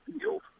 field